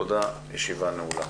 תודה, הישיבה נעולה.